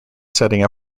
setting